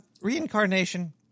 reincarnation